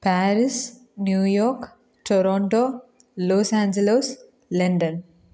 Paris New York Toronto Los Angeles London